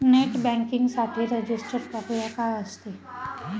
Net banking साठी register प्रक्रिया काय असते?